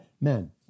Men